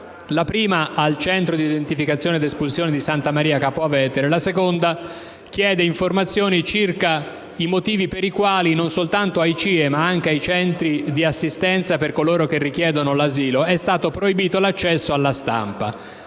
la prima con il centro di identificazione ed espulsione di Santa Maria Capua Vetere. La seconda chiede informazioni circa i motivi per i quali non soltanto ai CIE, ma anche ai centri di assistenza per coloro che chiedono l'asilo, è stato proibito l'accesso alla stampa.